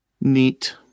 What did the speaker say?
Neat